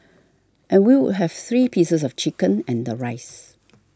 and we would have three pieces of chicken and the rice